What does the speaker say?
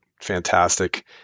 fantastic